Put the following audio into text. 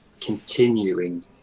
continuing